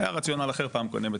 היה רציונל אחר בפעם הקודמת,